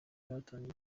batangiye